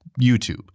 YouTube